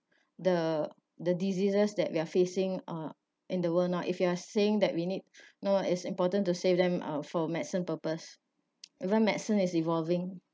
the the diseases that we are facing uh in the world now if you are saying that we need know what is important to save them uh for medicine purpose even medicine is evolving